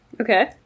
Okay